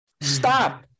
stop